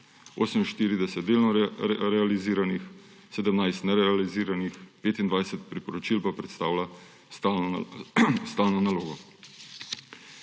48 delno realiziranih, 17 nerealiziranih, 25 priporočil pa predstavlja stalno nalogo.